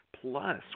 Plus